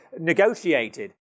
negotiated